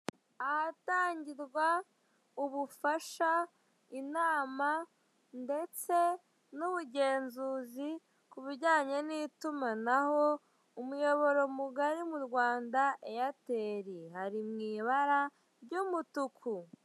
Ahatangirwa ubufasha, inama ndetse n'ubugenzuzi kubijyanye n'itumanaho, umuyoboro mugari mu Rwanda eyateri hari mu ibara ry'umutuku.